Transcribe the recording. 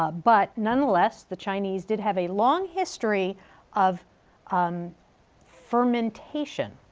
ah but nonetheless, the chinese did have a long history of um fermentation.